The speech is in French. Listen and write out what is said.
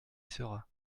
sera